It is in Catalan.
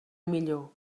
millor